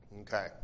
Okay